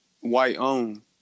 white-owned